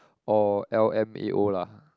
or l_m_f_a_o lah